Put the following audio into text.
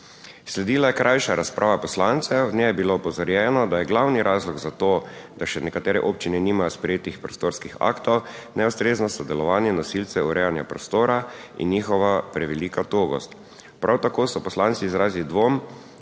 (nadaljevanje) V njej je bilo opozorjeno, da je glavni razlog za to, da še nekatere občine nimajo sprejetih prostorskih aktov, neustrezno sodelovanje nosilcev urejanja prostora in njihova prevelika togost. Prav tako so poslanci izrazili dvom,